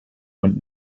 und